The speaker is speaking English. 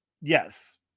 Yes